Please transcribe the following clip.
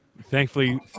Thankfully